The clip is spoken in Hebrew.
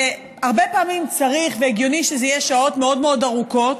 הרבה פעמים צריך והגיוני שזה יהיה שעות מאוד מאוד ארוכות.